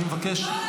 אני מבקש.